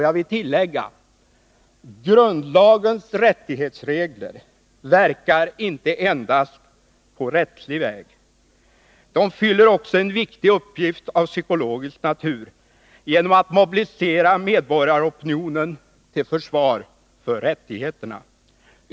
Jag vill tillägga: Grundlagens rättighetsregler verkar inte endast på rättslig väg. De fyller också en viktig uppgift av psykologisk natur genom att mobilisera medborgaropinionen till försvar för rättigheterna.